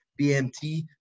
bmt